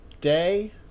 day